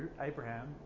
Abraham